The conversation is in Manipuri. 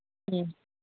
ꯎꯝ